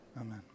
Amen